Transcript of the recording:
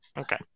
Okay